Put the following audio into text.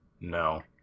No